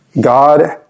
God